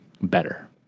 better